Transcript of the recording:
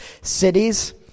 cities